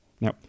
Now